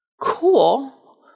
Cool